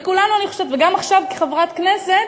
וכולנו, אני חושבת, וגם עכשיו, כחברת כנסת,